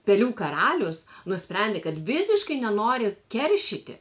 pelių karalius nusprendė kad visiškai nenoriu keršyti